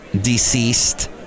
deceased